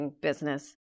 business